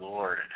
Lord